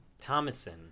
Thomason